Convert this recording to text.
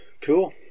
Cool